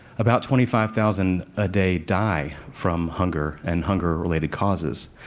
about twenty five thousand a day die from hunger and hunger-related causes.